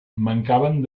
mancaven